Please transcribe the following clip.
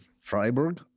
Freiburg